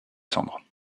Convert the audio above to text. cendres